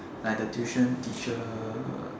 like the tuition teacher